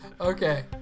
Okay